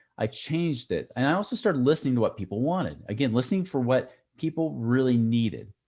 i changed it. and i also started listening to what people wanted, again, listening for what people really needed.